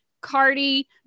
Cardi